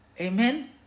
Amen